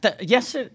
Yes